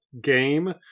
game